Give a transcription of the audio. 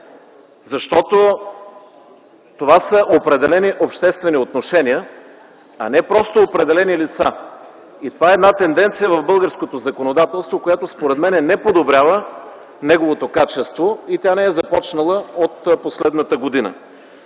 защото това са определени обществени отношения, а не просто определени лица. Това е тенденция в българското законодателство, която според мен не подобрява неговото качество. И тя не е започнала от последната година.